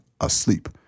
asleep